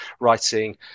writing